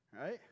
Right